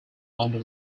under